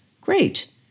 Great